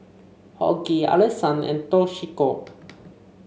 Hughie Allison and Toshiko